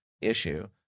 issue